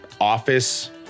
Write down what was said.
office